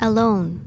Alone